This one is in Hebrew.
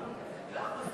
הוא לא שולט בעצמו, בסדר.